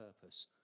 purpose